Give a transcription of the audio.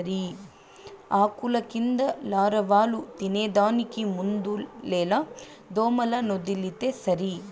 ఆకుల కింద లారవాలు తినేదానికి మందులేల దోమలనొదిలితే సరి